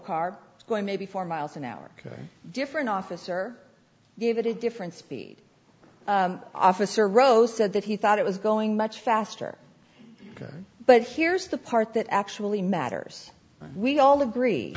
car going maybe four miles an hour because different officer gave it a different speed officer rose said that he thought it was going much faster but here's the part that actually matters we all agree